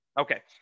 Okay